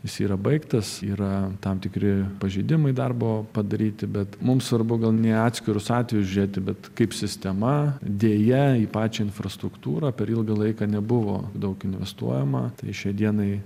jis yra baigtas yra tam tikri pažeidimai darbo padaryti bet mums svarbu gal ne į atskirus atvejus žiūrėti bet kaip sistema deja į pačią infrastruktūrą per ilgą laiką nebuvo daug investuojama tai šiai dienai